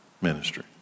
ministry